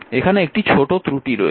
এখানে একটি ছোট ত্রুটি রয়েছে